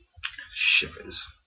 Shivers